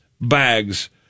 bags